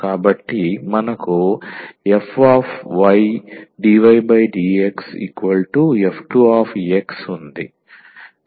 కాబట్టి మనకు f1dydxf2 ఉంది